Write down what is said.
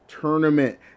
tournament